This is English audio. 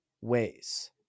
ways